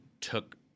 took